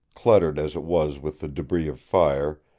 cluttered as it was with the debris of fire,